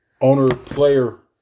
owner-player